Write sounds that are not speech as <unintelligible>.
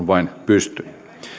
<unintelligible> vain pystyn